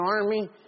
army